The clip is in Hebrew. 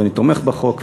אני תומך בחוק,